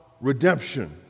redemption